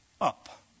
up